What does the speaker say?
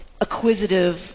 acquisitive